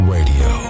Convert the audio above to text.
Radio